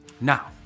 Now